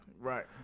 Right